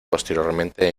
posteriormente